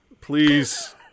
Please